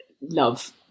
love